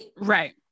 right